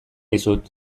dizut